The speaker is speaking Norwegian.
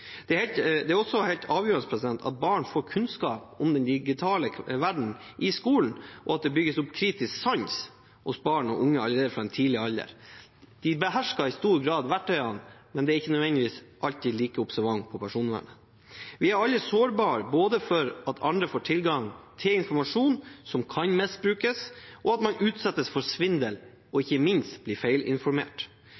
Det er også helt avgjørende at barn får kunnskap om den digitale verden i skolen, og at det bygges opp kritisk sans hos barn og unge allerede fra tidlig alder. De behersker i stor grad verktøyene, men er ikke nødvendigvis alltid like observante på personvernet. Vi er alle sårbare både for at andre får tilgang til informasjon som kan misbrukes, og at man utsettes for svindel, og